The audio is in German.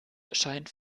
scheint